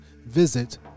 visit